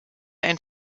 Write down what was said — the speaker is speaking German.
ein